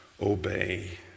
obey